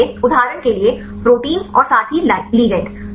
इसलिए उदाहरण के लिए प्रोटीन और साथ ही लिगैंड